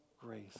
grace